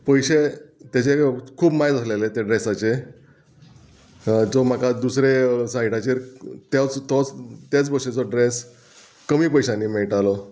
पयशे तेजे खूब मायज आसलेले ते ड्रेसाचे जो म्हाका दुसरे सायडाचेर तोच त्याच भशेचो ड्रेस कमी पयशांनी मेळटालो